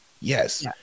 Yes